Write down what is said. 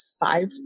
five